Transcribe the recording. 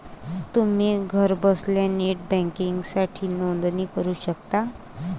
तुम्ही घरबसल्या नेट बँकिंगसाठी नोंदणी करू शकता